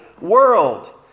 world